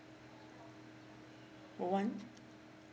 one